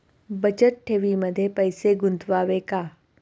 बचत ठेवीमध्ये पैसे गुंतवावे का?